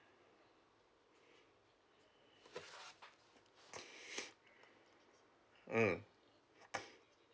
mm